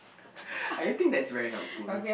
I don't think that's very helpful